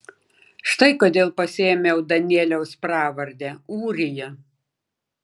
štai kodėl pasiėmiau danieliaus pravardę ūrija